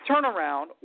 turnaround